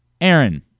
Aaron